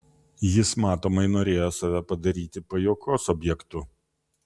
jis matomai norėjo save padaryti pajuokos objektu